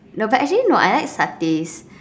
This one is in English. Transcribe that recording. no but actually no I like satay